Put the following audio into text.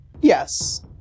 yes